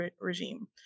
regime